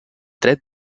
tret